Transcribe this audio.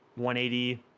180